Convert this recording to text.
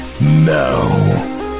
Now